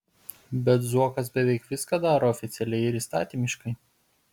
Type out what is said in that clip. bet zuokas beveik viską daro oficialiai ir įstatymiškai